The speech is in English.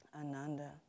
Ananda